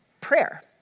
prayer